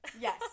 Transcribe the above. Yes